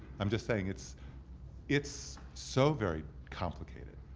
i'm just saying, it's it's so very complicated.